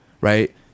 right